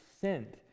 sent